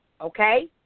okay